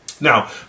Now